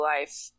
life